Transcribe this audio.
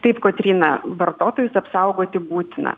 taip kotryna vartotojus apsaugoti būtina